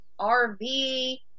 RV